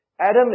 Adam